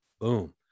Boom